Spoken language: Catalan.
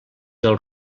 del